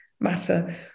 matter